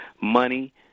money